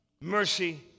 mercy